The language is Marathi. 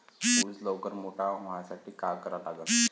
ऊस लवकर मोठा व्हासाठी का करा लागन?